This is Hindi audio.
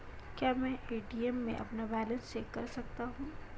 क्या मैं ए.टी.एम में अपना बैलेंस चेक कर सकता हूँ?